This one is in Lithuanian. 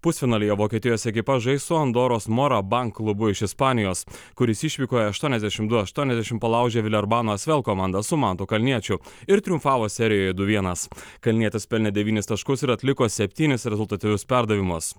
pusfinalyje vokietijos ekipa žais su andoros morabank klubu iš ispanijos kuris išvykoje aštuoniasdešim du aštuoniasdešim palaužė vilerbano asvel komandą su mantu kalniečiu ir triumfavo serijoje du vienas kalnietis pelnė devynis taškus ir atliko septynis rezultatyvius perdavimus